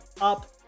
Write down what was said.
up